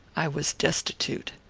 i was destitute.